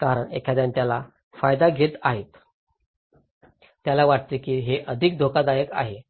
कारण एखाद्याने त्याचा फायदा घेत आहे त्याला वाटते की हे अधिक धोकादायक आहे